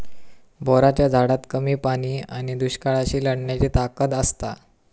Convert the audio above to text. बोराच्या झाडात कमी पाणी आणि दुष्काळाशी लढण्याची ताकद असता